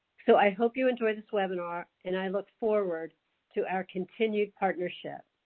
so i hope you enjoy this webinar and i look forward to our continued partnership.